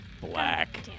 black